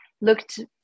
looked